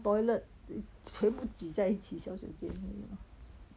toilet 全部挤在一起小小间的